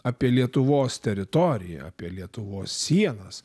apie lietuvos teritoriją apie lietuvos sienas